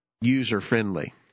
user-friendly